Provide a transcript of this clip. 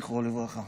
זכרו לברכה,